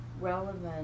relevant